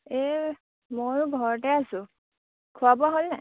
এই ময়ো ঘৰতে আছোঁ খোৱা বোৱা হ'ল নাই